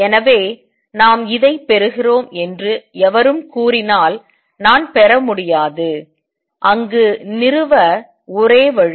எனவே நாம் இதை பெறுகிறோம் என்று எவரும் கூறினால் நான் பெற முடியாது அங்கு நிறுவ ஒரே வழி